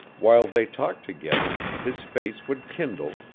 while they talked together, his face would kindle,